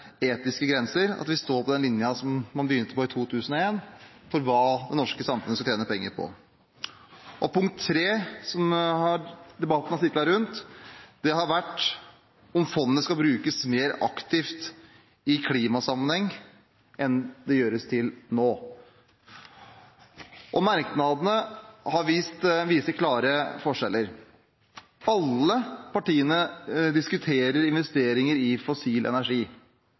etiske grenser – at vi står på den linjen som man begynte på i 2001, når det gjelder hva det norske samfunn skal tjene penger på. Punkt 3 – som debatten har sirklet rundt – har vært om fondet skal brukes mer aktivt i klimasammenheng enn det er gjort til nå. Merknadene viser klare forskjeller. Alle partiene diskuterer investeringer i fossil energi